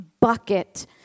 bucket